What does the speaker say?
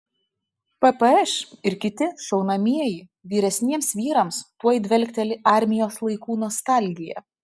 ppš ir kiti šaunamieji vyresniems vyrams tuoj dvelkteli armijos laikų nostalgija